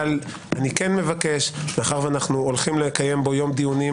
אבל אני מבקש שמאחר שאנחנו הולכים לקיים יום דיונים